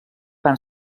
van